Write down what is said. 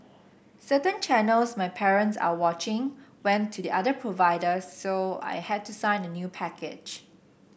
certain channels my parents are watching went to the other provider so I had to sign a new package